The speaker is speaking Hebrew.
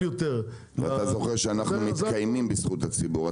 יותר --- אתה זוכר שאנחנו מתקיימים בזכות הציבור,